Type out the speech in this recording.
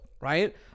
right